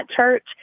church